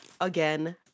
Again